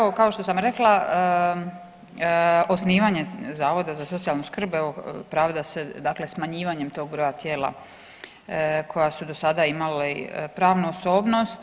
Dakle kao što sam rekla osnivanje zavoda za socijalnu skrb evo pravda se smanjivanjem tog broja tijela koja su do sada imali pravnu osobnost.